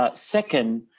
ah second,